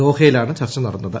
ദോഹയിലാണ് ചർച്ച നടന്നത്